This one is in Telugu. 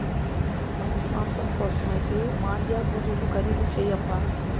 మంచి మాంసం కోసమైతే మాండ్యా గొర్రెలు ఖరీదు చేయప్పా